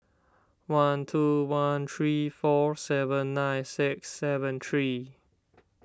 one two one three four seven nine six seven three